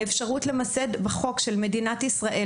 האפשרות למסד בחוק של מדינת ישראל,